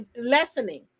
lessening